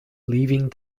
leaving